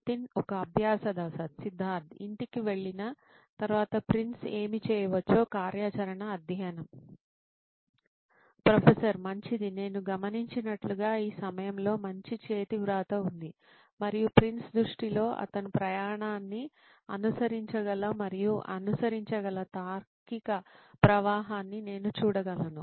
నితిన్ ఒక అభ్యాస దశ సిద్ధార్థ్ ఇంటికి వెళ్ళిన తరువాత ప్రిన్స్ ఏమి చేయవచ్చో కార్యాచరణ అధ్యయనం ప్రొఫెసర్ మంచిది నేను గమనించినట్లుగా ఈ సమయంలో మంచి చేతివ్రాత ఉంది మరియు ప్రిన్స్ దృష్టిలో అతను ప్రయాణాన్ని అనుసరించగల మరియు అనుసరించగల తార్కిక ప్రవాహాన్ని నేను చూడగలను